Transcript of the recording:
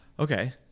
Okay